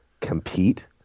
compete